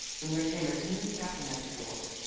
when there came a timid tapping at the door,